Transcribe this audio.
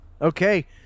Okay